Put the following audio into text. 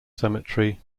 cemetery